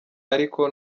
ariko